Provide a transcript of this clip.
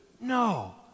No